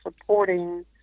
supporting